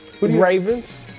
Ravens